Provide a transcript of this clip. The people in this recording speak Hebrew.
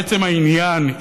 מעצם העניין,